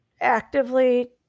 actively